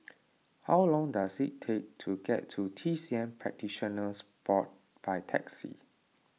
how long does it take to get to T C M Practitioners Board by taxi